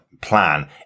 plan